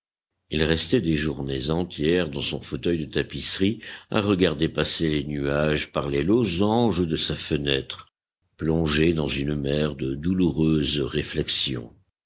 il restait des journées entières dans son fauteuil de tapisserie à regarder passer les nuages par les losanges de sa fenêtre plongé dans une mer de douloureuses réflexions